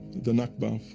the nakba,